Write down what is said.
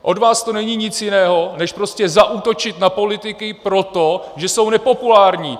Od vás to není nic jiného než prostě zaútočit na politiky proto, že jsou nepopulární.